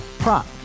Prop